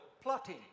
plotting